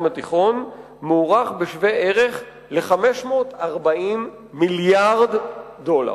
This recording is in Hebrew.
התיכון מוערך בשווה-ערך ל-540 מיליארד דולר.